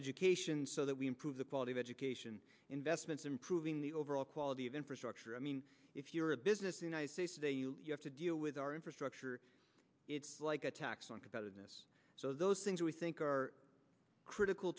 education so that we improve the quality of education investments improving the overall quality of infrastructure i mean if you're a business and you have to deal with our infrastructure it's like a tax on competitiveness so those things we think are critical